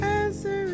answer